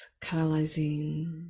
catalyzing